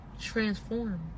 transform